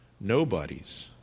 nobody's